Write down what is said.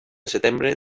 setembre